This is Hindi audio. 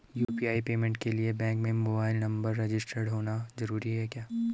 यु.पी.आई पेमेंट के लिए बैंक में मोबाइल नंबर रजिस्टर्ड होना जरूरी है क्या?